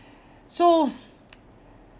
so